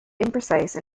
imprecise